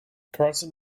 carlson